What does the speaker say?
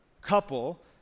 couple